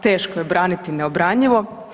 Teško je braniti neobranjivo.